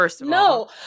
No